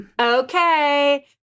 Okay